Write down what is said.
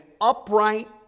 upright